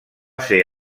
ser